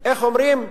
איך אומרים?